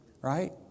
Right